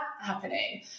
happening